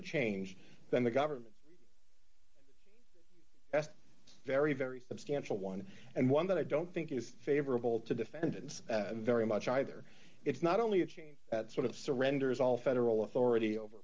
a change than the government's best very very substantial one and one that i don't think is favorable to defendants very much either it's not only a change that sort of surrenders all federal authority over